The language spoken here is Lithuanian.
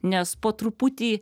nes po truputį